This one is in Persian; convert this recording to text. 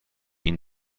این